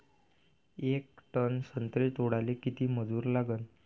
येक टन संत्रे तोडाले किती मजूर लागन?